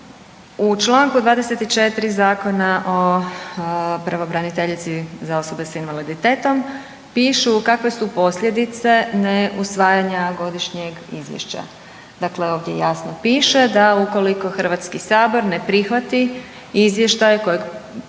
u Članku 24. Zakona o pravobraniteljici za osobe s invaliditetom pišu kakve su posljedice ne usvajanja godišnjeg izvješća. Dakle, ovdje jasno piše da ukoliko Hrvatski sabor ne prihvati izvještaj kojeg